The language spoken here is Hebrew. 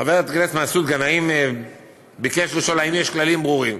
חבר הכנסת מסעוד גנאים ביקש לשאול אם יש כללים ברורים.